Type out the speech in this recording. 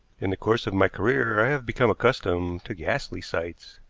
in the course of my career i have become accustomed to ghastly sights,